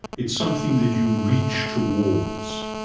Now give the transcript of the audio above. it's something that you reach towards.